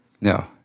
No